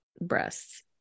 breasts